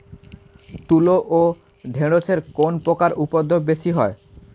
তুলো ও ঢেঁড়সে কোন পোকার উপদ্রব বেশি হয়?